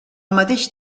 mateix